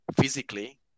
physically